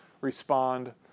respond